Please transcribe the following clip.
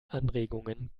anregungen